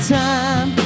time